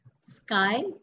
sky